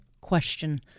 question